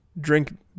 drink